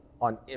on